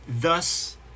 thus